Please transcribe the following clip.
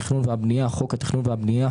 "חוק התכנון והבניה" חוק התכנון והבנייה,